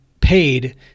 paid